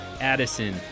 addison